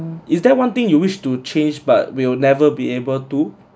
is there one thing you wish to change but we'll never be able to